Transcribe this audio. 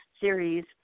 series